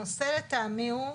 הנושא לטעמי זה